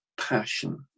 passion